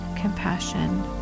compassion